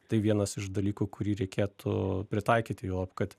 tai vienas iš dalykų kurį reikėtų pritaikyti juolab kad